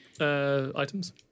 items